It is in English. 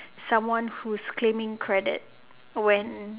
someone who's claiming credit when